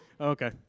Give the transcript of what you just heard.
okay